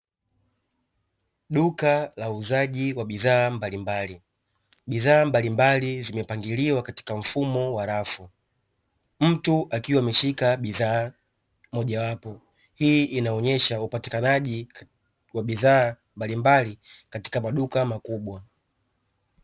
Duka la uuzaji wa bidhaa mbalimbali, bidhaa mbalimbali zimepangiliwa katika mfumo wa rafu. Mtu akiwa ameshika bidhaa mojawapo, hii inaonyesha upatikanaji wa bidhaa mbalimbali katika maduka makubwa.